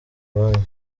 iwanyu